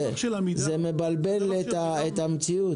זה מבלבל את המציאות.